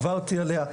עברתי עליה,